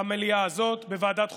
במליאה הזאת, בוועדת החוקה,